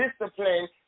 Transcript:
discipline